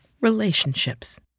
relationships